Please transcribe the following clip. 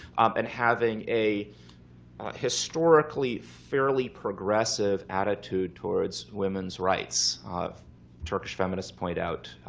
and having a historically fairly progressive attitude towards women's rights. turkish feminists point out,